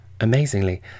Amazingly